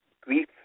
grief